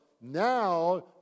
now